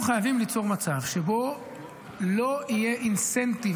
אנחנו חייבים ליצור מצב שלא יהיה אינסנטיב